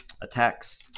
attacks